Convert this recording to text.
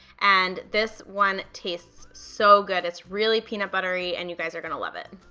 and this one tastes so good, it's really peanut buttery and you guys are gonna love it.